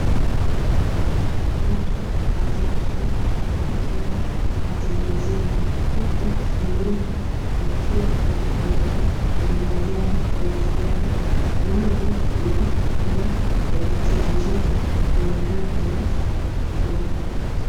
Watu watatu wakiwa matembezini, huku milima ikiwa pembeni yao yenye majani ya kijani. Maji yakitiririka yenye rangi ya udongo.